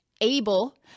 able